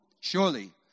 surely